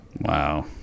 Wow